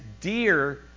dear